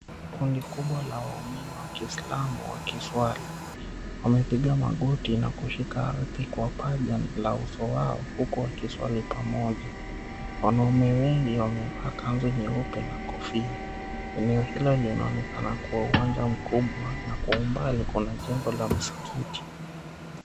Kuni kubwa la waumini wa 𝑘iislamu wakiswali. Wamepiga magoti na kushika ardhi kwa paja la uso wao huku wakiswali pamoja. Wanaume wengi wamevaa kanzu nyeupe na kofia. Eneo hilo linaonekana kuwa uwanja mkubwa na kwa umbali kuna jengo la msikiti.